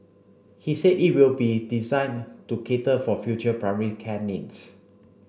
he said it will be designed to cater for future primary care needs